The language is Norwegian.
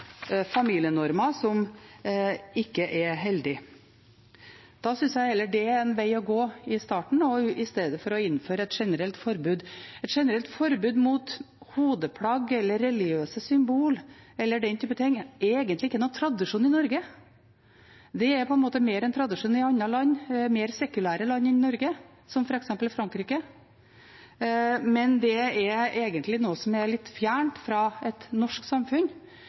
som ikke er heldig. Da syns jeg heller det er en vei å gå i starten, i stedet for å innføre et generelt forbud. Et generelt forbud mot hodeplagg eller religiøse symboler eller den type ting er egentlig ikke noen tradisjon i Norge. Det er mer en tradisjon i andre land, mer sekulære land enn Norge, som f.eks. Frankrike Det er egentlig noe som er litt fjernt fra et norsk samfunn.